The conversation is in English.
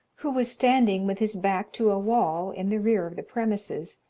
who was standing with his back to a wall in the rear of the premises,